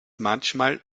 manchmal